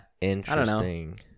Interesting